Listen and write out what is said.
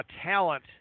talent